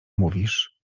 mówisz